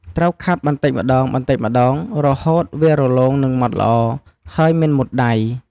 ត្រូវខាត់បន្តិចម្តងៗរហូតដល់វារលោងនិងម៉ដ្ឋល្អ ហើយមិនមុតដៃ។